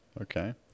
Okay